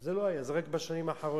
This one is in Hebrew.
זה לא היה, זה רק בשנים האחרונות.